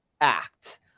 Act